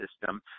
system